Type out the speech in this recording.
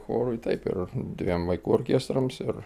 chorui taip ir dviem vaikų orkestrams ir